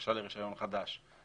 כבקשה לרישיון חדש.